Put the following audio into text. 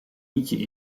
nietje